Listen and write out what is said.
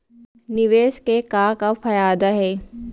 निवेश के का का फयादा हे?